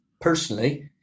personally